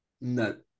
No